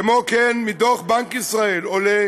כמו כן, מדוח בנק ישראל עולה